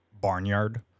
barnyard